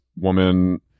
woman